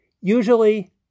usually